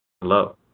Hello